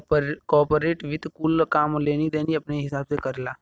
corporate वित्त कुल काम लेनी देनी अपने हिसाब से करेला